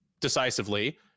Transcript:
decisively